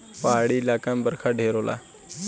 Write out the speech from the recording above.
पहाड़ी इलाका मे बरखा ढेर होला